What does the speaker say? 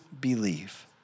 believe